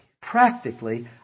practically